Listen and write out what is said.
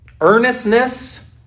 earnestness